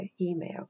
email